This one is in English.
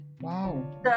wow